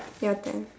your turn